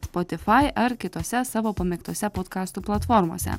spotify ar kitose savo pamėgtose podkastų platformose